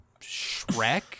Shrek